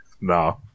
No